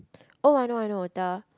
oh I know I know the